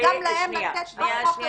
--- אז צריך גם להם לתת בחוק הזה,